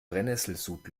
brennesselsud